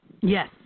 Yes